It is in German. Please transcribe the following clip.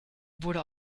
wurde